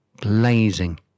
blazing